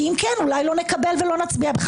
כי אם כן, אולי לא נקבע ונצביע לך.